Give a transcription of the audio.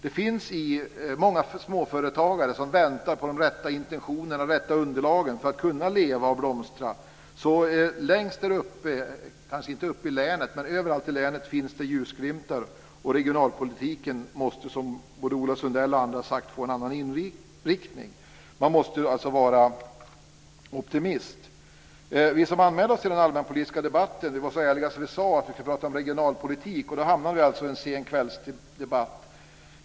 Det finns många småföretagare som väntar på de rätta intentionerna och de rätta underlagen för att kunna leva och blomstra. Överallt i länet finns det ljusglimtar. Regionalpolitiken måste, som både Ola Sundell och andra har sagt, få en annan inriktning. Man måste vara optimist. Vi som anmälde oss till den allmänpolitiska debatten var så ärliga att vi sade att vi skulle tala om regionalpolitik, och då hamnar vi alltså i en sen kvällsdebatt.